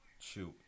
shoot